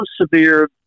severe